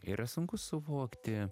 yra sunku suvokti